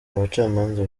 abacamanza